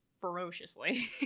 ferociously